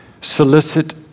solicit